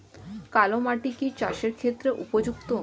কালো মাটি কি চাষের ক্ষেত্রে উপযুক্ত?